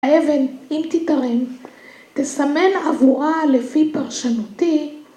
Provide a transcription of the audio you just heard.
‫האבן, אם תיתרם, ‫תסמן עבורה לפי פרשנותי.